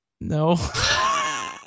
No